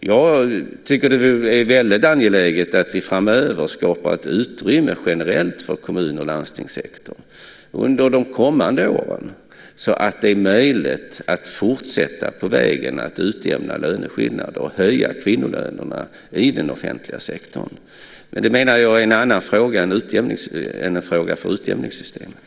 Jag tycker att det är väldigt angeläget att vi framöver skapar ett utrymme generellt för kommun och landstingssektorn under de kommande åren så att det är möjligt att fortsätta på vägen att utjämna löneskillnader och höja kvinnolönerna i den offentliga sektorn. Men det menar jag är en annan fråga än den som gäller utjämningssystemet.